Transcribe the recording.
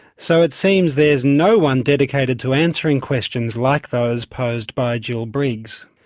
so it seems there's no one dedicated to answering questions like those posed by jill briggs.